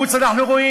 מחוץ אנחנו רואים.